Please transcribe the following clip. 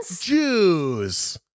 Jews